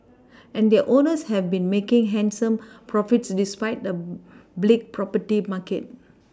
and their owners have been making handsome profits despite the bleak property market